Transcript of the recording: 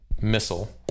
missile